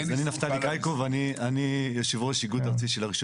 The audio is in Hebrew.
אז אני נפתלי קאייקוב ואני יושב ראש איגוד ארצי של רישוי